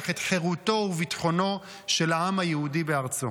את חירותו וביטחונו של העם היהודי בארצו.